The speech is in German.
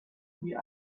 wie